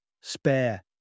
Spare